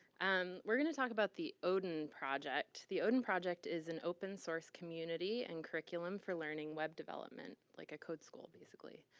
and were gonna talk about the odin project, the odin project is an open-source community and curriculum for learning web development, like a code school basically.